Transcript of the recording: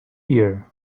ear